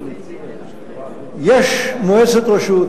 יש מועצת רשות.